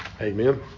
Amen